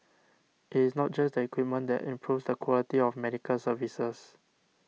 it is not just the equipment that improves the quality of medical services